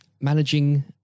managing